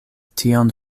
tion